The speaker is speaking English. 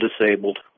disabled